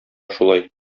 шулай